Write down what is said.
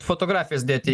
fotografijas dėti